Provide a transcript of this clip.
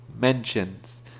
mentions